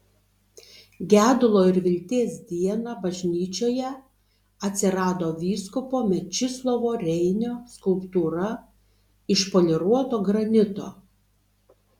gedulo ir vilties dieną bažnyčioje atsirado vyskupo mečislovo reinio skulptūra iš poliruoto granito